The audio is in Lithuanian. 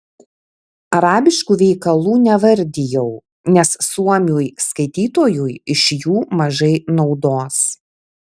arabiškų veikalų nevardijau nes suomiui skaitytojui iš jų mažai naudos